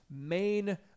main